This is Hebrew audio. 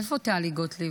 איפה טלי גוטליב?